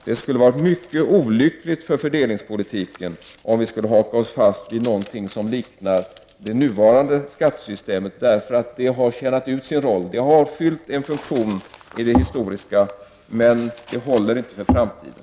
Det skulle ha varit mycket olyckligt för fördelningspolitiken om vi hade hakat oss fast vi något som liknar det nuvarande skattesystemet, eftersom det har tjänat ut sin roll. Det har fyllt en funktion i historien, men det håller inte för framtiden.